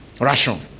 Ration